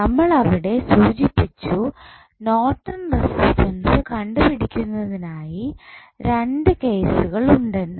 നമ്മൾ അവിടെ സൂചിപ്പിച്ചു നോർട്ടൻ റസിസ്റ്റൻസ് കണ്ടു പിടിക്കുന്നതിനായി രണ്ട് കേസുകൾ ഉണ്ടെന്ന്